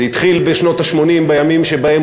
זה התחיל בשנות ה-80, בימים שבהם